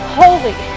holy